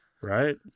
Right